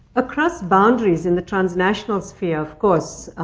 across boundaries, in the transnational sphere, of course,